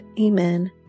Amen